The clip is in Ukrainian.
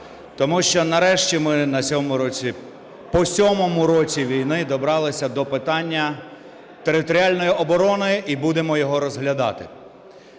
сьомому році, по сьомому році війни дібралися до питання територіальної оборони і будемо його розглядати.